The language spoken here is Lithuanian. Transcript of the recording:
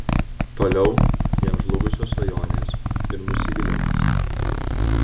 toliau vien žlugusios svajonės ir nusivylimas